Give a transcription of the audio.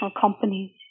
companies